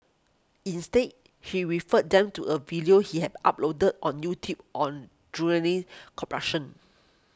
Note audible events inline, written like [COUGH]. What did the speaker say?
instead he referred them to a video he had uploaded on YouTube on [UNINTELLIGIBLE] corruption